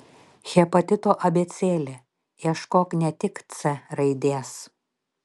hepatito abėcėlė ieškok ne tik c raidės